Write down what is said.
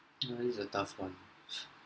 that is a tough one